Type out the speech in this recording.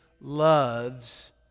loves